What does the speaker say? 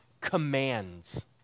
commands